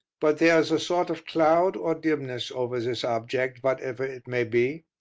but there is a sort of cloud or dimness over this object, whatever it may be.